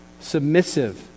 submissive